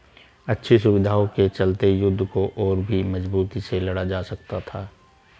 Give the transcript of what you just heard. अच्छी सुविधाओं के चलते युद्ध को और भी मजबूती से लड़ा जा सकता था